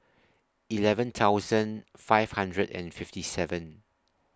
eleven thousand five hundred and fifty seven